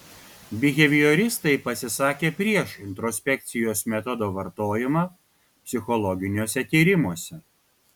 bihevioristai pasisakė prieš introspekcijos metodo vartojimą psichologiniuose tyrimuose